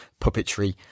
puppetry